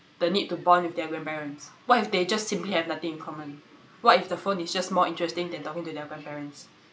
the need to bond with their grandparents what if they just simply have nothing in common what if the phone is just more interesting than talking to their grandparents